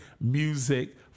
music